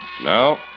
Now